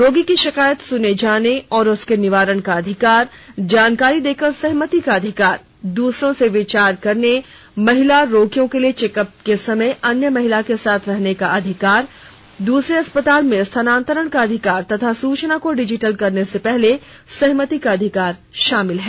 रोगी की शिकायत सुने जाने और उसके निवारण का अधिकार जानकारी देकर सहमति का अधिकार दूसरों से विचार करने महिला रोगियों के लिए चेकअप के समय अन्य महिला के साथ रहने का अधिकार दूसरे अस्पताल में स्थानान्तरण का अधिकार तथा सूचना को डिजिटल करने से पहले सहमति का अधिकार शामिल है